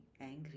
angry